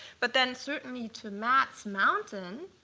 but then certainly to matt's mountain,